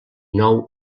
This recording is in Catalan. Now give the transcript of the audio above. nou